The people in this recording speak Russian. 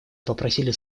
попросили